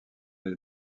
elle